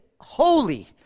holy